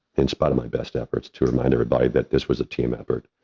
in spite of my best efforts to remind everybody that this was a team effort.